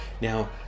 Now